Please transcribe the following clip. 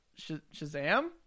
Shazam